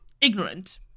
ignorant